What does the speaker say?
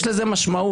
יש לזה משמעות.